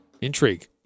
Intrigue